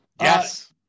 Yes